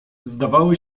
zdawały